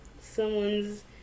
Someone's